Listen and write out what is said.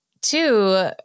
two